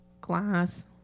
glass